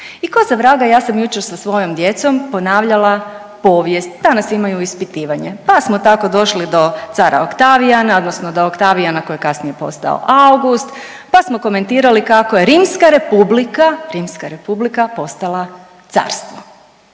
I k'o za vraga ja sam jučer sa svojom djecom ponavljala povijest, danas imaju ispitivanje pa smo tako došli do cara Oktavijana, odnosno do Oktavijana koji je kasnije postao August pa smo komentirali kako je Rimska Republika, Rimska